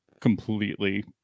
completely